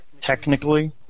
Technically